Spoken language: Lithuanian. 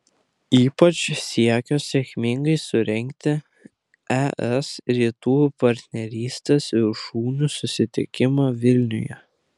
ypač siekio sėkmingai surengti es rytų partnerystės viršūnių susitikimą vilniuje